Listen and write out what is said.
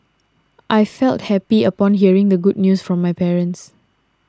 I felt happy upon hearing the good news from my parents